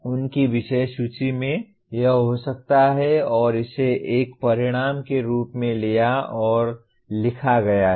उनकी विषय सूची में यह हो सकता है और इसे एक परिणाम के रूप में लिया और लिखा गया है